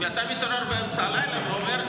אם אתה מתעורר באמצע הלילה ואומר,